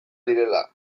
direla